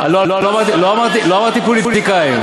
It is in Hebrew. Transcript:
לא אמרתי פוליטיקאים.